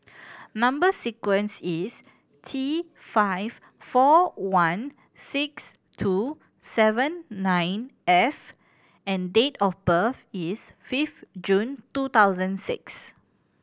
number sequence is T five four one six two seven nine F and date of birth is fifth June two thousand six